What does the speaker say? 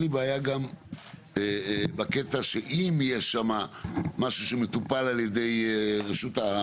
אין לי בעיה גם בקטע שאם יש שם משהו שמטופל על ידי רשות ,